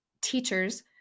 teachers